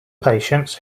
patients